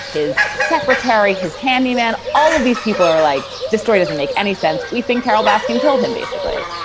his secretary, his handy man. all of these people are like this story doesn't make any sense. we think carol baskin killed him, basically.